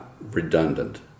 redundant